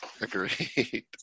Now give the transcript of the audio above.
agreed